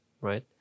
Right